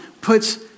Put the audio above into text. puts